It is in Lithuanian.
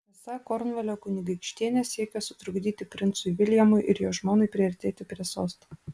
esą kornvalio kunigaikštienė siekia sutrukdyti princui viljamui ir jo žmonai priartėti prie sosto